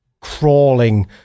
crawling